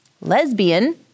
lesbian